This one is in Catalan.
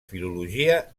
filologia